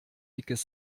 dickes